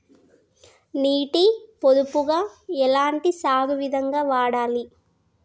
నీటి పొదుపుగా ఎలాంటి సాగు విధంగా ఉండాలి?